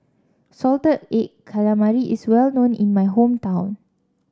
Salted Egg Calamari is well known in my hometown